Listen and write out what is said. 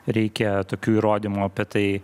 reikia tokių įrodymų apie tai